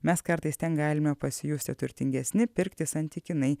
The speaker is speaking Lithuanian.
mes kartais ten galime pasijusti turtingesni pirkti santykinai